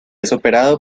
operado